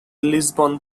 lisbon